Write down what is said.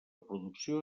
producció